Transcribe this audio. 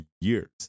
years